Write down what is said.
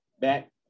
back